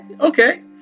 okay